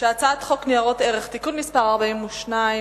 שהצעת חוק ניירות ערך (תיקון מס' 42),